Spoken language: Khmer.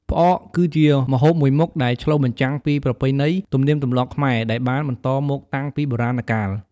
ផ្អកគឺជាម្ហូបមួយមុខដែលឆ្លុះបញ្ចាំងពីប្រពៃណីទំនៀមទម្លាប់ខ្មែរ ដែលបានបន្តមកតាំងពីបុរាណកាល។